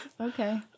Okay